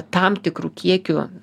tam tikru kiekiu